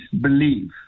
believe